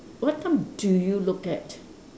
what time do you look at